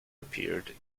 appeared